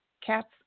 cat's